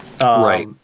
Right